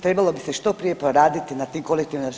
Trebalo bi se što prije poraditi na tim kolektivnim.